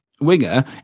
winger